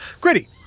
Gritty